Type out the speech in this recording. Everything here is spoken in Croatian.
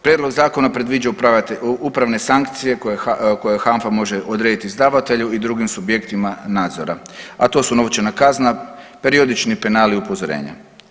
Prijedlog zakona predviđa upravne sankcije koje HANFA može odrediti izdavatelju i drugim subjektima nadzora, a to su novčana kazna, periodični penali i upozorenja.